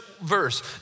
verse